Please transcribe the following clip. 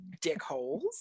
dickholes